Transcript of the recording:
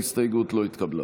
ההסתייגות לא התקבלה.